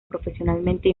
profesionalmente